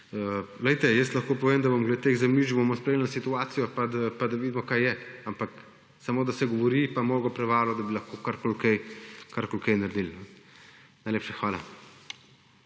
Glejte, jaz lahko povem, da bom glede teh zemljišč spremljal situacijo, pa da vidimo, kaj je. Ampak samo, da se govori, je pa mnogo premalo, da bi lahko karkoli kaj naredili. Najlepša hvala.